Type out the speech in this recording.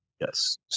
Yes